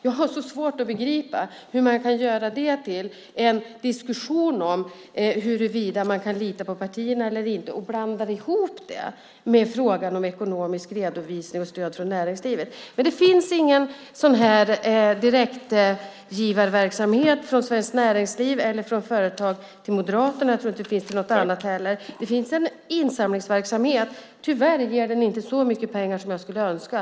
Jag har svårt att begripa hur man kan få det till en diskussion om huruvida det går att lita på partierna eller inte och blanda ihop det med frågan om ekonomisk redovisning och stöd från näringslivet. Det finns ingen direktgivarverksamhet från Svenskt Näringsliv eller från företag till Moderaterna, och jag tror inte att det finns det till något annat parti heller. Det finns en insamlingsverksamhet. Tyvärr ger den inte så mycket pengar som jag skulle önska.